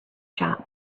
shop